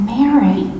Mary